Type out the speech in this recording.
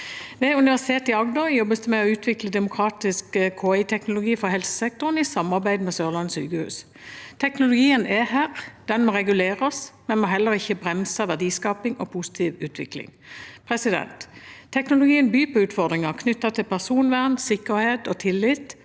Ved Universitetet i Agder jobbes det med å utvikle demokratisk KI-teknologi fra helsesektoren i samarbeid med Sørlandet sykehus. Teknologien er her. Den må reguleres, men den må heller ikke bremse verdiskaping og positiv utvikling. Teknologien byr på utfordringer knyttet til personvern, sikkerhet og tillit,